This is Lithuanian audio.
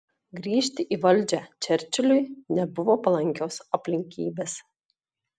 grįžti į valdžią čerčiliui nebuvo palankios aplinkybės